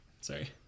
Sorry